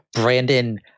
Brandon